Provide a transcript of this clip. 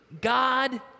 God